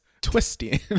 twisting